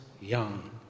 young